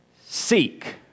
seek